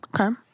Okay